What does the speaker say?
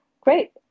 great